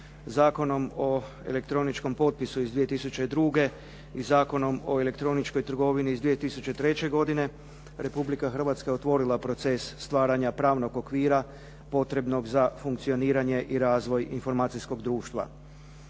Zakonom o elektroničkom potpisu iz 2002. i Zakonom o elektroničkoj trgovini iz 2003. godine Republika Hrvatska je otvorila proces stvaranja pravnog okvira potrebnog za funkcioniranje i razvoj informacijskog društva.